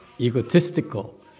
egotistical